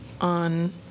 on